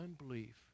unbelief